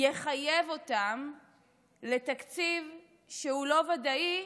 יחייב אותם לתקציב שהוא לא ודאי,